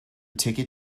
ticket